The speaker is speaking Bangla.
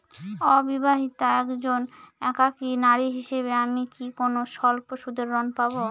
অবিবাহিতা একজন একাকী নারী হিসেবে আমি কি কোনো স্বল্প সুদের ঋণ পাব?